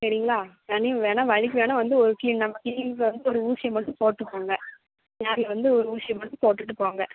சரிங்களா வேணி வேணுணா வலிக்கு வேணுணா வந்து ஒரு க்ளீன க்ளீனிக்கில் வந்து ஒரு ஊசி மட்டும் போட்டு போங்க நாளைக்கு வந்து ஒரு ஊசி மட்டும் போட்டுகிட்டு போங்க